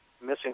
missing